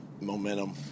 momentum